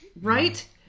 right